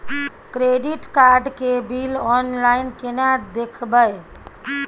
Credit card के bill online केना देखबय?